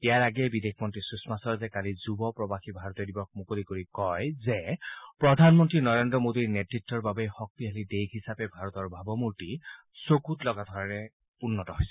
ইয়াৰ আগেয়ে বিদেশ মন্ত্ৰী সুষমা স্বৰাজে কালি যুৱ প্ৰবাসী ভাৰতীয় দিৱস মুকলি কৰি কয় যে প্ৰধানমন্ত্ৰী নৰেন্দ্ৰ মোদীৰ নেতৃত্বৰ বাবেই শক্তিশালী দেশ হিচাপে ভাৰতৰ ভাৱমূৰ্তি চকুত লগা ধৰণে উন্নত হৈছে